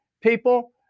people